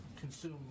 consume